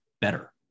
better